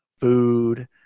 food